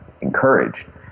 encouraged